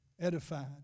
edified